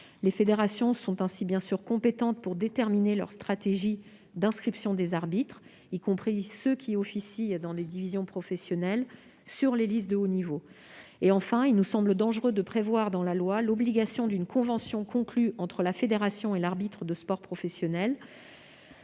Les fédérations sont ainsi bien sûr compétentes pour déterminer leur stratégie d'inscription des arbitres, y compris ceux qui officient dans les divisions professionnelles sur les listes de haut niveau. Enfin, il nous semble dangereux de prévoir dans la loi la conclusion obligatoire d'une convention entre la fédération et l'arbitre de sport professionnel,